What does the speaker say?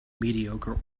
mediocre